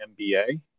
MBA